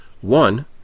One